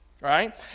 right